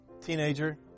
Teenager